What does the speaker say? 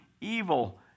evil